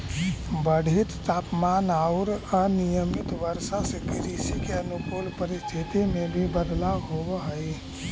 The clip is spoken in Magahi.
बढ़ित तापमान औउर अनियमित वर्षा से कृषि के अनुकूल परिस्थिति में भी बदलाव होवऽ हई